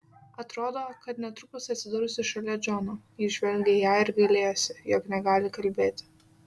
atrodo kad netrukus atsidursiu šalia džono jis žvelgė į ją ir gailėjosi jog negali kalbėti